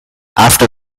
after